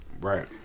Right